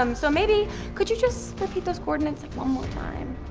um so maybe could you just repeat those coordinates and one more time?